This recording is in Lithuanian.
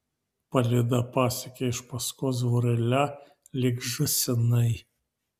palyda pasekė iš paskos vorele lyg žąsinai